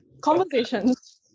Conversations